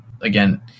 again